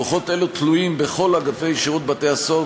לוחות אלו תלויים בכל אגפי שירות בתי-הסוהר,